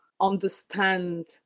understand